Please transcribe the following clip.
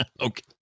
Okay